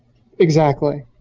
exactly.